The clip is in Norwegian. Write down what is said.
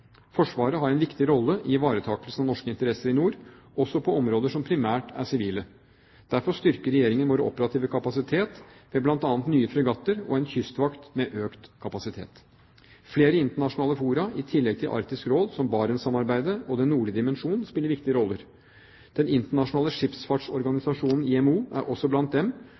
Forsvaret har en viktig rolle i ivaretakelsen av norske interesser i nord, også på områder som primært er sivile. Derfor styrker Regjeringen vår operative kapasitet ved bl.a. nye fregatter og en kystvakt med økt kapasitet. Flere internasjonale fora i tillegg til Arktisk Råd, som Barentssamarbeidet og Den nordlige dimensjon, spiller viktige roller. Den internasjonale sjøfartsorganisasjon, IMO, er også blant dem,